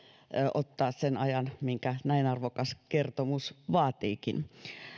ottaa sen ajan minkä näin arvokas kertomus vaatiikin